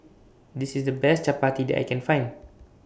This IS The Best Chappati that I Can Find